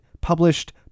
published